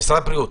משרד הבריאות.